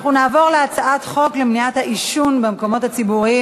אנחנו נעבור להצעת חוק למניעת העישון במקומות ציבוריים